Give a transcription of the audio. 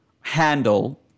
handle